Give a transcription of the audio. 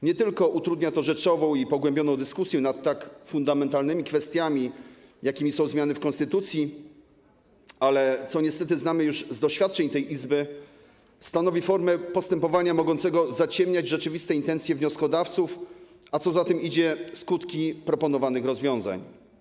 Nie tylko utrudnia to rzeczową i pogłębioną dyskusję nad tak fundamentalnymi kwestiami, jakimi są zmiany w konstytucji, ale - co niestety znamy już z doświadczeń tej Izby - stanowi formę postępowania mogącego zaciemniać rzeczywiste intencje wnioskodawców, a co za tym idzie, skutki proponowanych rozwiązań.